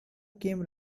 came